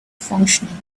functioning